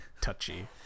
touchy